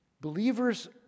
Believers